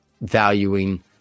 valuing